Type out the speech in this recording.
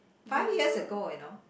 five years ago you know